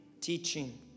teaching